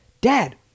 Dad